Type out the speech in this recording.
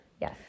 Yes